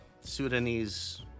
Sudanese